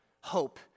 hope